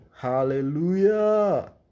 Hallelujah